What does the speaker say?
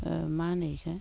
ओ मा होनो एखो